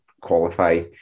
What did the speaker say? qualify